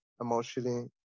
emotionally